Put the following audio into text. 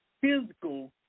physical